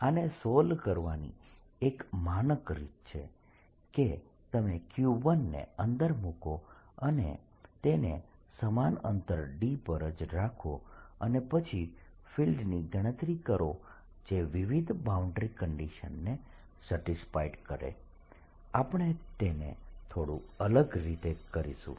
આને સોલ્વ કરવાની એક માનક રીત છે કે તમે q1 ને અંદર મૂકો અને તેને સમાન અંતર d પર જ રાખો અને પછી ફિલ્ડની ગણતરી કરો જે વિવિધ બાઉન્ડ્રી કન્ડીશન્સને સેટિસ્ફાય કરે આપણે તેને થોડુ અલગ રીતે કરીશું